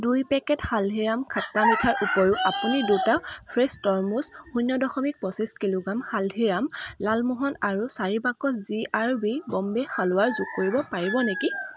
দুই পেকেট হালদিৰাম খট্টা মিঠাৰ উপৰিও আপুনি দুটা ফ্ৰেছ তৰমুজ শূন্য দশমিক পঁচিছ কিলোগ্ৰাম হালদিৰাম লালমোহন আৰু চাৰি box G R B Bombay halwa যোগ কৰিব পাৰিব নেকি